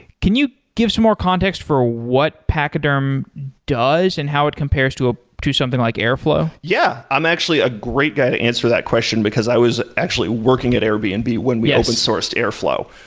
can you give some more context for what pachyderm does and how it compares to ah to something like airflow? yeah! i'm actually a great guy to answer that question, because i was actually working at airbnb and when we open sourced airflow.